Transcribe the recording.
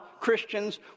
Christians